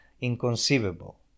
inconceivable